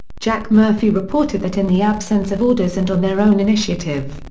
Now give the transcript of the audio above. jack murphy reported that in the absence of orders and on their own initiative,